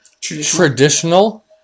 traditional